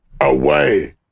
away